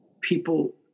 people